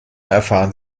erfahren